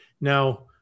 Now